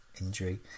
injury